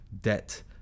debt